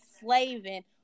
slaving